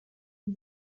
sie